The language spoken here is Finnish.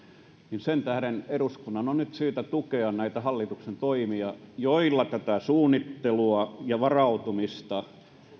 ja sen tähden eduskunnan on nyt syytä tukea näitä hallituksen toimia joilla tätä suunnittelua ja varautumista